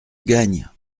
gagnes